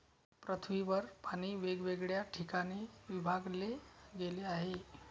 पृथ्वीवर पाणी वेगवेगळ्या ठिकाणी विभागले गेले आहे